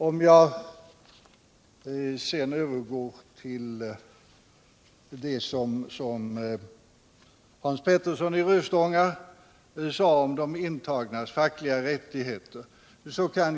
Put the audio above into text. Jag kan i allt väsentligt instämma i vad Hans Petersson i Röstånga sade om de intagnas fackliga rättigheter.